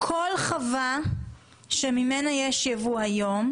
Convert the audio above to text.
כל חווה שממנה יש ייבוא היום,